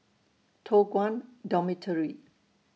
Toh Guan Dormitory